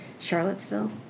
Charlottesville